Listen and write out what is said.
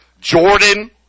Jordan